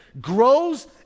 grows